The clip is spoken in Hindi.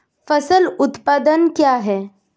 फसल उत्पादन क्या है?